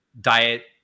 diet